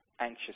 anxious